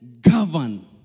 govern